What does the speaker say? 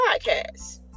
podcast